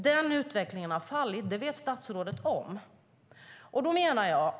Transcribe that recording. Den utvecklingen har fallit, och det vet statsrådet om.